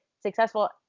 successful